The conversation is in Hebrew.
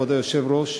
כבוד היושב-ראש,